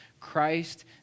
Christ